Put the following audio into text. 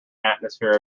atmosphere